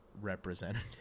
representative